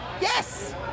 Yes